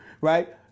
right